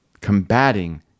combating